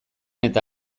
eta